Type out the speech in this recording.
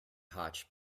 hotch